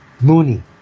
Mooney